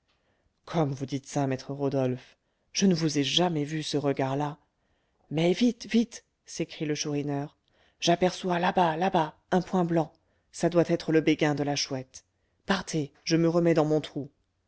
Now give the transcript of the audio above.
comme vous dites ça maître rodolphe je ne vous ai jamais vu ce regard là mais vite vite s'écrie le chourineur j'aperçois là-bas là-bas un point blanc ça doit être le béguin de la chouette partez je me remets dans mon trou